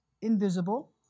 invisible